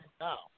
now